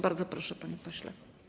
Bardzo proszę, panie pośle.